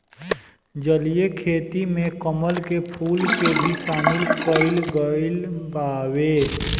जलीय खेती में कमल के फूल के भी शामिल कईल गइल बावे